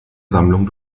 sammlung